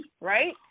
right